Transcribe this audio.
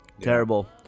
Terrible